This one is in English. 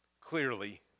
clearly